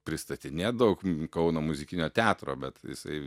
pristatinėt daug kauno muzikinio teatro bet jisai